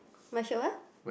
my sure what